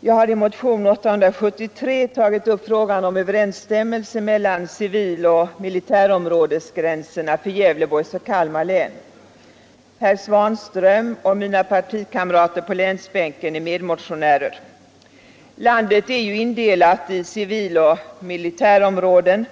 Jag har i motionen 1975/76:873 tagit upp frågan om överensstämmelse mellan civiloch militärområdesgränserna för Gävleborgs och Kalmar län. Herr Svanström och mina partikamrater på länsbänken 57 Landet är ju indelat i civiloch militärområden.